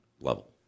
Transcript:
level